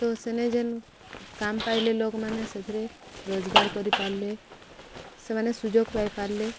ତ ସେନେ ଯେନ୍ କାମ ପାଇଲେ ଲୋକମାନେ ସେଥିରେ ରୋଜଗାର କରିପାରିଲେ ସେମାନେ ସୁଯୋଗ ପାଇପାରିଲେ